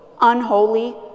unholy